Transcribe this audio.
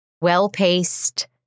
well-paced